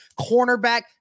Cornerback